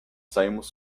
saímos